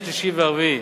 השלישי והרביעי